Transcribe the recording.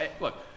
Look